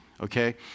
okay